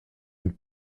une